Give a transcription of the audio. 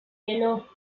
yellow